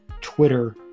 Twitter